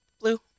Blue